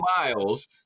miles